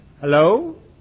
Hello